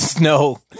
No